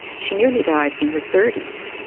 she nearly died in her thirty s,